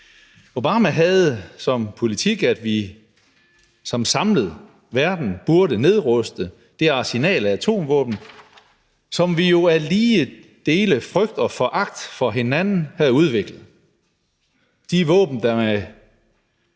Obama havde som politik, at vi som samlet verden burde nedruste det arsenal af atomvåben, som vi jo af lige dele frygt og foragt for hinanden havde udviklet – de våben, der med